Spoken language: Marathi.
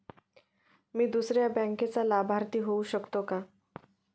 मी दुसऱ्या बँकेचा लाभार्थी होऊ शकतो का?